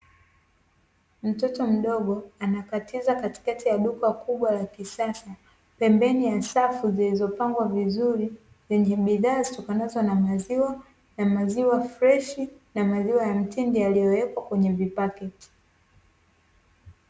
Mtoto mdogo anakatiza katika ya duka la kubwa la kisasa pembeni ya safu zilizopangwa vizuri, zenye bidhaa zitokanazo na maziwa na maziwa freshi na maziwa ya mtindi yaliyowekwa kwenye vipakiti.